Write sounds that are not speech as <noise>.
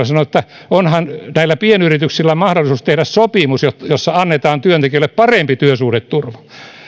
<unintelligible> sanoi että onhan näillä pienyrityksillä mahdollisuus tehdä sopimus jossa annetaan työntekijöille parempi työsuhdeturva